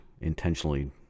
intentionally